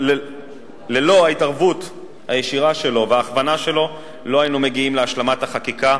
שללא ההתערבות הישירה שלו וההכוונה שלו לא היינו מגיעים להשלמת החקיקה,